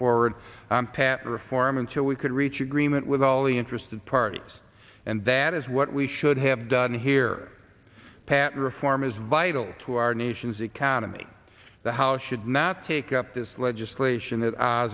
forward path reform until we could reach agreement with all the interested parties and that is what we should have done here patent reform is vital to our nation's economy the house should not take up this legislation